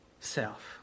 self